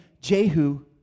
Jehu